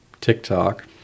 TikTok